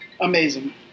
amazing